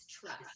trust